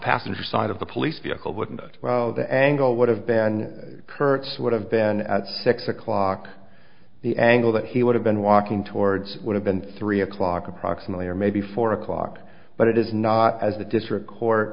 passenger side of the police vehicle wouldn't it well the angle would have been kurtz would have been at six o'clock the angle that he would have been walking towards would have been three o'clock approximately or maybe four o'clock but it is not as the district co